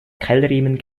keilriemen